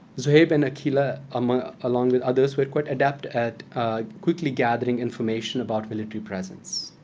zohaib and akhila, um ah along with others, were quite adept at quickly gathering information about military presence.